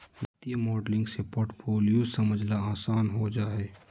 वित्तीय मॉडलिंग से पोर्टफोलियो समझला आसान हो जा हय